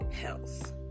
health